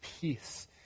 peace